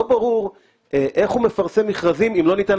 לא ברור איך הוא מפרסם מכרזים אם לא ניתן